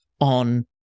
on